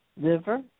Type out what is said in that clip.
liver